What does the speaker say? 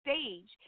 stage